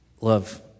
love